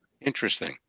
Interesting